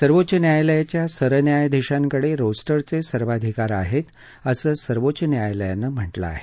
सर्वोच्च न्यायालयाच्या सरन्यायाधीशांकडे रोस्टरचे सर्वाधिकार आहेत असं सर्वोच्च न्यायालयानं म्हटलं आहे